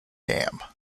dam